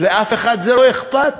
לאף אחד זה לא אכפת.